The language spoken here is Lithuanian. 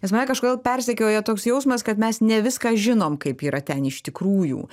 nes mane kažkodėl persekioja toks jausmas kad mes ne viską žinom kaip yra ten iš tikrųjų